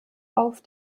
auf